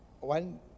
one